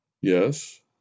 Yes